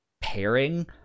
pairing